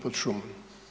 pod šumom.